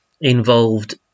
involved